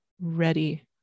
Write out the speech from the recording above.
ready